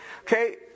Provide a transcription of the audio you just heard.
Okay